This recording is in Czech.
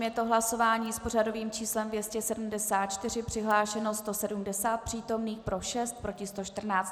Je to hlasování s pořadovým číslem 274, přihlášeno 170 přítomných, pro 6, proti 114.